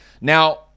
Now